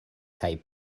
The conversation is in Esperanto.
kaj